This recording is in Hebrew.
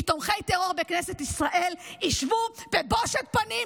כי תומכי טרור בכנסת ישראל ישבו בבושת פנים,